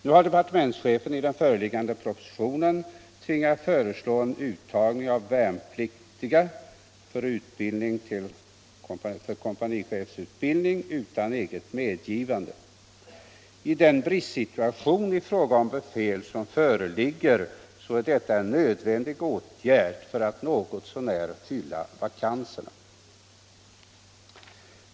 Nu har departementschefen i den föreliggande propositionen tvingats föreslå en uttagning av värnpliktiga för kompanibefälsutbildning utan eget medgivande. I den bristsituation i fråga om befäl som föreligger är detta en nödvändig åtgärd för att något så när fylla vakanserna.